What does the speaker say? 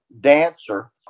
dancer